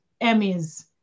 Emmys